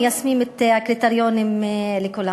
מיישמים את הקריטריונים על כולם.